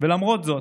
למרות זאת,